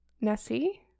Nessie